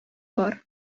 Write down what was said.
бар